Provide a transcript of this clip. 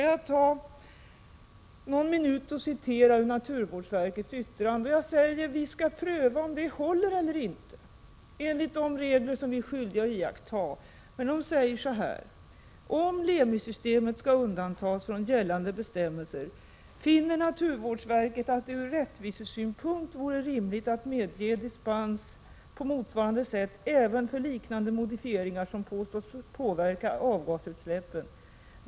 Jag ber att få redogöra för naturvårdsverkets yttrande. Jag säger att vi skall pröva om det håller enligt de regler som vi är skyldiga att iaktta. Naturvårdsverket säger så här: Om LEMI-systemet skall undantas från gällande bestämmelser finner naturvårdsverket att det ur rättvisesynpunkt vore rimligt att medge dispens på motsvarande sätt även för liknande modifieringar som påstås påverka avgasutsläppen.